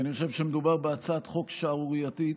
אני חושב שמדובר בהצעת חוק שערורייתית,